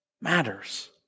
matters